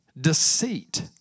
deceit